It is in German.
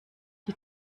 die